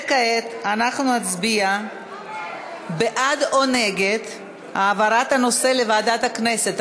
כעת אנחנו נצביע בעד או נגד העברת הנושא לוועדת הכנסת,